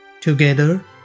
Together